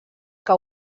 que